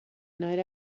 night